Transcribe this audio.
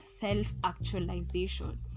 self-actualization